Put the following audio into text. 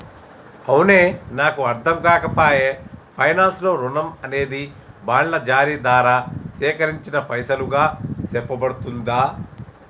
అవునే నాకు అర్ధంకాక పాయె పైనాన్స్ లో రుణం అనేది బాండ్ల జారీ దారా సేకరించిన పైసలుగా సెప్పబడుతుందా